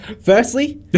Firstly